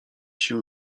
się